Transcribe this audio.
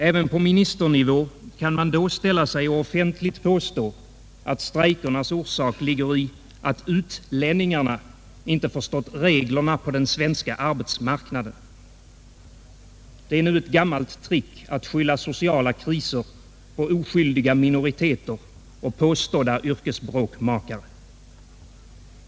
Även på ministernivå kan man då ställa sig och offentligt påstå att strejkernas orsak ligger i att utlänningarna inte förstått reglerna på den svenska arbetsmarknaden. Det är nu ett gammalt trick att skylla sociala kriser på oskyldiga minoriteter och påstådda yrkesbråkmakare.